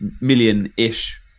million-ish